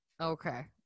Okay